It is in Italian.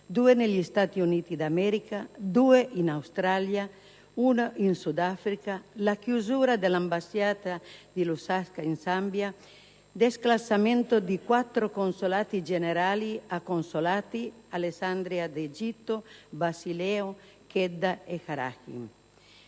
2 negli Stati Uniti d'America, 2 in Australia, 1 in Sudafrica, la chiusura dell'ambasciata di Lusaka in Zambia, il declassamento di 4 consolati generali a consolati (Alessandria d'Egitto, Basilea, Gedda e Karachi).